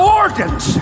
organs